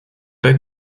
pas